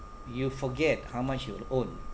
you forget how much you'll own